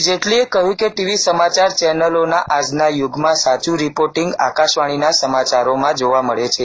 શ્રી જેટલીએ કહ્યું કે ટીવી સમાચાર ચેનલોના આજના યુગમાં સાચું રિપોર્ટીંગ આકાશવાણીના સમાચારોમાં જોવા મળે છે